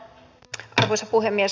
arvoisa puhemies